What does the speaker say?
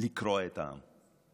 לקרוע את העם?